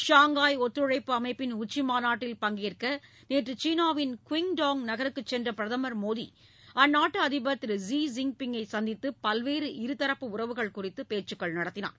Shanghai ஒத்துழைப்பு அமைப்பின் உச்சிமாநாட்டில் பங்கேற்க நேற்று சீனாவின் கிங்டாவ் நகருக்கு சென்ற பிரதமர் மோடி அந்நாட்டு அதிபர் லி ஜின்பிங்கை சந்தித்து பல்வேறு இருதரப்பு உறவுகள் குறித்து பேச்சுக்கள் நடத்தினார்